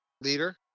leader